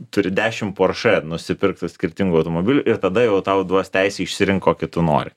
turi dešimt porsche nusipirkti skirtingų automobilių ir tada jau tau duos teisę išsirinkt kokį tu nori